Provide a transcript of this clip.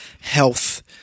health